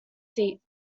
seat